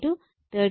87o ആണ്